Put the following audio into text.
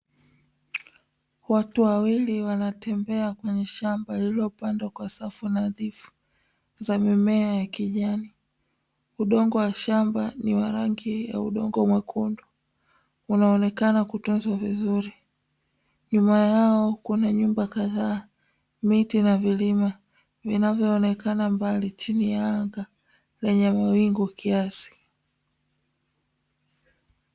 Watu wawili wanatembea kwenye shamba lililopandwa kwa safu nadhifu za mimea ya kijani. Udongo wa shamba ni wa rangi ya udongo mwekundu unaonekana kutunzwa vizuri, nyuma yao kuna nyumba kadhaa miti na vilima, vinavyoonekana mbali chini ya anga lenye mawingu kiasi.